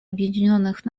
объединенных